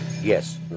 Yes